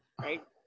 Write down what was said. right